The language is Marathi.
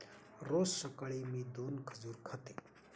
रोज सकाळी मी दोन खजूर खाते